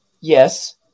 Yes